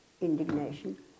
indignation